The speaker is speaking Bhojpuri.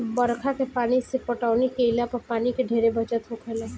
बरखा के पानी से पटौनी केइला पर पानी के ढेरे बचत होखेला